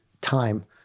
time